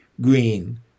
green